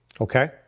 Okay